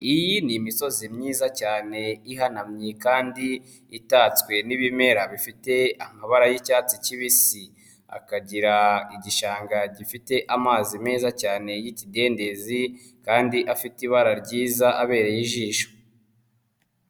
Iyi ni imisozi myiza cyane ihanamye kandi itatswe n'ibimera bifite amabara y'icyatsi kibisi, akagira igishanga gifite amazi meza cyane y'ikidendezi kandi afite ibara ryiza abereye ijisho.